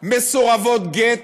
מסורבות גט